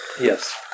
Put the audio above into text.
Yes